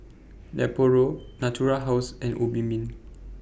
Nepro Natura House and Obimin